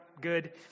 good